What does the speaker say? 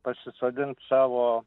pasisodint savo